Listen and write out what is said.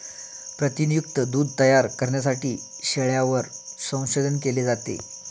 प्रथिनयुक्त दूध तयार करण्यासाठी शेळ्यांवर संशोधन केले जाते